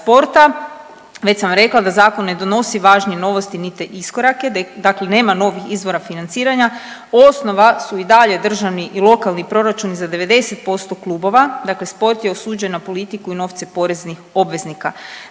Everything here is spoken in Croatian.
već sam rekla da zakon ne donosi važne novosti niti iskorake, dakle nema novih izvora financiranja. Osnova su i dalje državni i lokalni proračuni za 90% klubova, dakle sport je osuđen na politiku i novce poreznih obveznika.